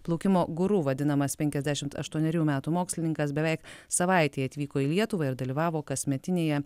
plaukimo guru vadinamas penkiasdešimt aštuonerių metų mokslininkas beveik savaitei atvyko į lietuvą ir dalyvavo kasmetinėje